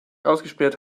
ausgesperrt